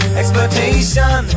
exploitation